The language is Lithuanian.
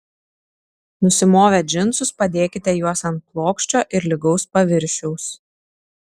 nusimovę džinsus padėkite juos ant plokščio ir lygaus paviršiaus